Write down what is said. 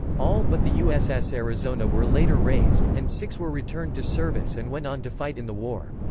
all but the uss arizona were later raised, and six were returned to service and went on to fight in the war.